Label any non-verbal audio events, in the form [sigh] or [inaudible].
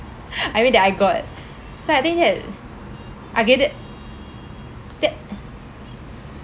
[laughs] I mean that I got so I think that I get it that [noise]